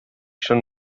schon